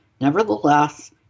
nevertheless